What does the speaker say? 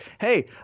Hey